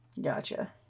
Gotcha